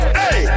hey